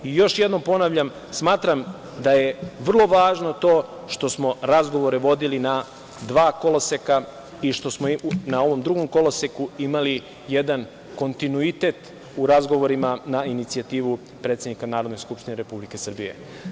Još jednom ponavljam, smatram da je vrlo važno to što smo razgovore vodili na dva koloseka i što smo na ovom drugom koloseku imali jedan kontinuitet u razgovorima na inicijativu predsednika Narodne skupštine Republike Srbije.